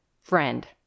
friend